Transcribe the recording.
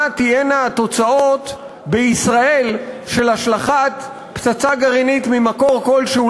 תהיינה התוצאות בישראל של השלכת פצצה גרעינית ממקור כלשהו,